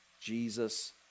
Jesus